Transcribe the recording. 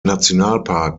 nationalpark